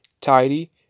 tidy